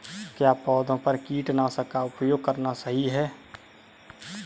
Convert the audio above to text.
क्या पौधों पर कीटनाशक का उपयोग करना सही है?